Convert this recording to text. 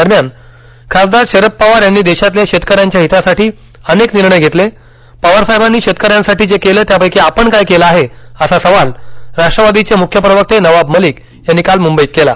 दरम्यान खासदार शरद पवार यांनी देशातल्या शेतकऱ्यांच्या हितासाठी अनेक निर्णय घेतले पवार साहेबांनी शेतकऱ्यांसाठी जे केलं त्यापैकी आपण काय केलं आहे असा सवाल राष्ट्रवादीचे म्ख्य प्रवक्ते नवाब मलिक यांनी काल म्ंबईत केला